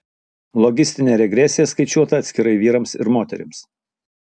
logistinė regresija skaičiuota atskirai vyrams ir moterims